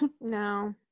No